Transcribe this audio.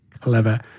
Clever